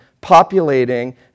populating